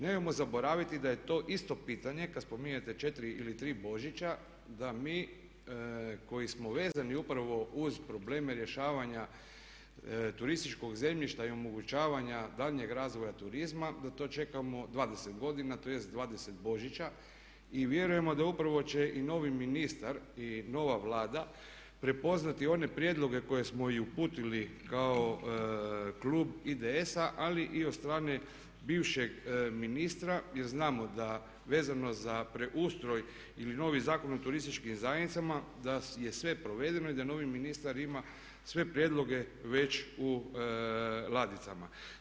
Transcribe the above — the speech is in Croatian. Nemojmo zaboraviti da je to isto pitanje kad spominjete 4 ili 3 Božića da mi koji smo vezani upravo uz probleme rješavanja turističkog zemljišta i omogućavanja daljnjeg razvoja turizma da to čekamo 20 godina tj. 20 Božića i vjerujemo da upravo će i novi ministar i nova Vlada prepoznati one prijedloge koje smo i uputili kao klub IDS-a ali i od strane bivšeg ministra jer znamo da vezano za preustroj ili novi Zakon o turističkim zajednicama da je sve provedeno i da novi ministar ima sve prijedloge već u ladicama.